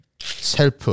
self